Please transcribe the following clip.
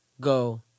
Go